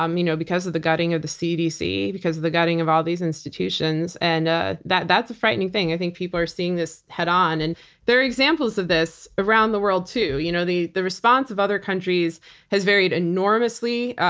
um you know because of the guiding of the cdc, because of the guiding of all these institutions, and ah that's a frightening thing. i think people are seeing this head on. and there are examples of this around the world too. you know the the response of other countries has varied enormously,